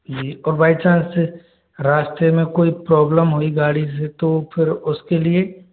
जी और by chance रास्ते में कोई प्रॉब्लम हुई गाड़ी से तो फिर उसके लिए